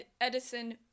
Edison